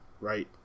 right